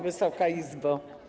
Wysoka Izbo!